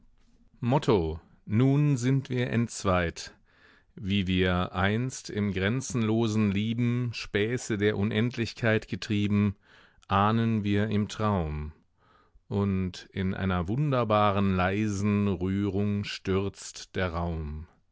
nun sind wir entzweit wie wir einst im grenzenlosen lieben späße der unendlichkeit getrieben ahnen wir im traum und in einer wunderbaren leisen rührung stürzt der raum